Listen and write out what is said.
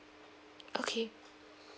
okay